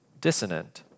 dissonant